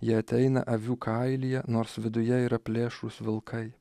jie ateina avių kailyje nors viduje yra plėšrūs vilkai